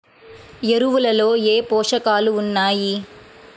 ఎరువులలో ఏ పోషకాలు ఉన్నాయి?